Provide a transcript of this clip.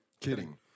Kidding